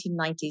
1990s